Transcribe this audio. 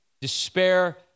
despair